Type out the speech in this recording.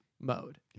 mode